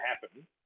happen